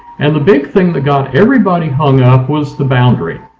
and the big thing that got everybody hung up was the boundary.